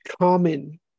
common